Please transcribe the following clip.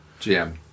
GM